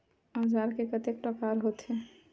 औजार के कतेक प्रकार होथे?